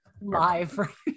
live